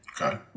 Okay